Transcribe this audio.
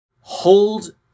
hold